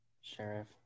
sheriff